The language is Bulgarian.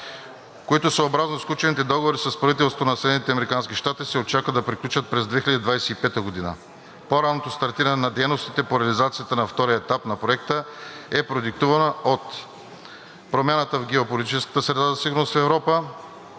които съобразно сключените договори с правителството на Съединените американски щати се очаква да приключат през 2025 г. По-ранното стартиране на дейностите по реализацията на втория етап на Проекта е продиктувано от: - промяната в геополитическата среда за сигурност в Европа;